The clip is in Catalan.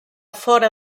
fora